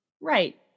Right